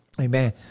Amen